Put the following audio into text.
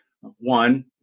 One